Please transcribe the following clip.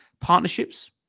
Partnerships